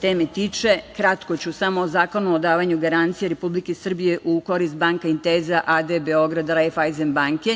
teme tiče, kratko ću, samo o Zakonu o davanju garancija Republike Srbije u korist „Banka Intesa“ a.d. Beograd i „Rajfajzen Banke“